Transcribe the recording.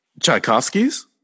Tchaikovsky's